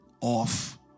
off